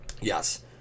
Yes